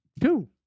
Two